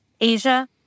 Asia